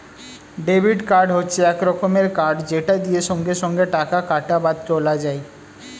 debit card হচ্ছে এক রকমের কার্ড যেটা দিয়ে সঙ্গে সঙ্গে টাকা কাটা বা তোলা যায়